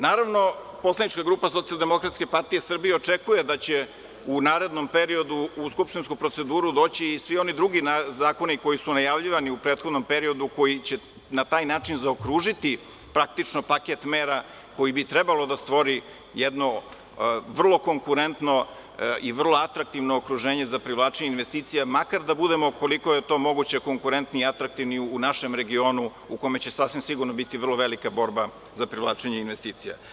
Poslanička grupa SDPS očekuje da će u narednom periodu u skupštinsku proceduru doći i svi oni drugi zakoni koji su najavljivani u prethodnom periodu, koji će na taj način zaokružiti praktično paket mera koji bi trebalo da stvori jedno vrlo konkurentno i vrlo atraktivno okruženje za privlačenje investicije, makar da budemo, koliko je to moguće, konkurentni i atraktivni u našem regionu u kome će sasvim sigurno biti vrlo velika borba za privlačenje investicija.